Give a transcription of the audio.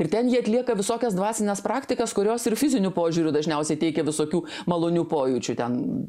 ir ten jie atlieka visokias dvasines praktikas kurios ir fiziniu požiūriu dažniausiai teikia visokių malonių pojūčių ten